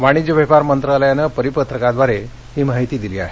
वाणिज्य व्यवहार मंत्रालयानं परिपत्रकाद्वारे ही माहिती दिली आहे